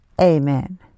Amen